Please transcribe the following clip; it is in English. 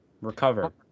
recover